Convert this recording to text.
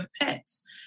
pets